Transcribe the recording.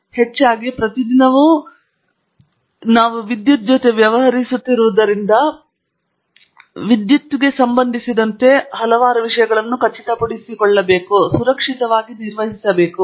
ಮತ್ತು ನಾವು ಹೆಚ್ಚಾಗಿ ಪ್ರತಿದಿನವೂ ನೋಡುತ್ತಿರುವ ಸಂಗತಿಯಾಗಿರುವ ಕಾರಣದಿಂದಾಗಿ ನಾವು ಸಾಮಾನ್ಯವಾಗಿ ತೆಗೆದುಕೊಳ್ಳುವ ಸಂಗತಿಗಳಲ್ಲಿ ಒಂದಾಗಿದೆ ಆದರೆ ವಾಸ್ತವವಾಗಿ ನಾವು ವಿದ್ಯುತ್ಗೆ ಸಂಬಂಧಿಸಿದಂತೆ ತಿಳಿದಿರಬೇಕಾದ ಹಲವಾರು ಮಹಾನ್ ವಿಷಯಗಳಿವೆ ಖಚಿತಪಡಿಸಿಕೊಳ್ಳಲು ನಾವು ಅದನ್ನು ಸುರಕ್ಷಿತವಾಗಿ ನಿರ್ವಹಿಸುತ್ತೇವೆ